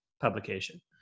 publication